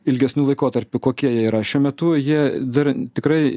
ilgesniu laikotarpiu kokia jie yra šiuo metu jie dar tikrai